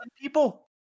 people